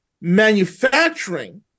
manufacturing